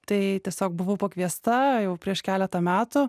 tai tiesiog buvau pakviesta jau prieš keletą metų